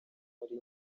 muri